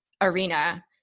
arena